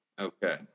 okay